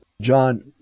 John